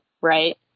right